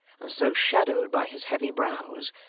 and so shadowed by his heavy brows,